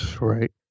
Right